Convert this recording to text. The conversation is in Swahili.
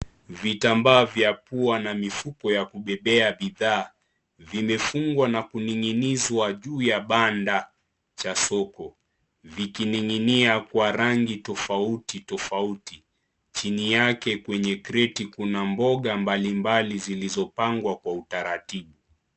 Vitambaa vya pua na mifugo ya kupepea bidhaa, vimefungwa na kuning'inishwa juu ya banda cha soko. Vikining'inia kwa rangi tofauti tofauti. Chini yake kwenye kreti kuna mboga mbalimbali zilizopangwa kwa utaratibu.